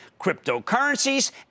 cryptocurrencies